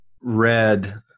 read